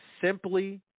simply